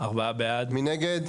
מי נגד?